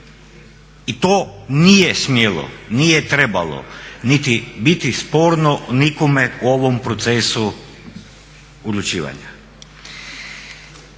i to nije smjelo, nije trebalo niti biti sporno nikome u ovom procesu odlučivanja.